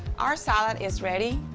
our salad is ready.